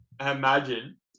imagine